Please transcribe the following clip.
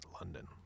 London